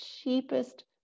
cheapest